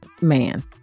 man